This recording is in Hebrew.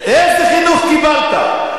איזה חינוך קיבלת?